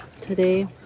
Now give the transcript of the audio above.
today